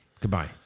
Goodbye